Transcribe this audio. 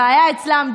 הבעיה אצלם,